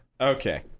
Okay